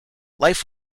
life